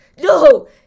no